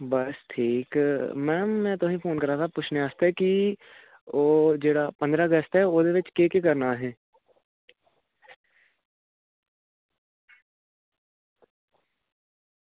बस ठीक मैम में तुसेंगी फोन करा दा हा पुच्छनै आस्तै कि ओह् जेह्ड़ा पंदरां अगस्त ऐ ओह् ओह्दे च केह् केह् करना असें